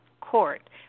court